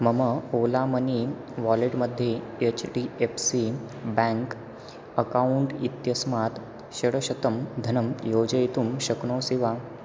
मम Ola money wallet मध्ये HDFC bank account इत्यस्मात् षड्शतं धनं योजयितुं शक्नोषि वा